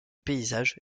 paysage